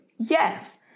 Yes